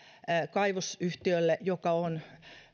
kaivosyhtiöllä joka on